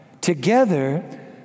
together